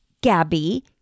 Gabby